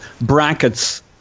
brackets